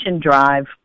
drive